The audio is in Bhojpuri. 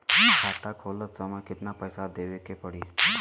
खाता खोलत समय कितना पैसा देवे के पड़ी?